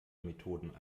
methoden